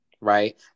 right